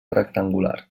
rectangular